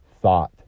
thought